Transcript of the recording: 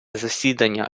засідання